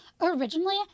Originally